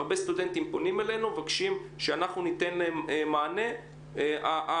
והרבה סטודנטים פונים אלינו ומבקשים שניתן להם מענה לגבי